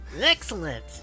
Excellent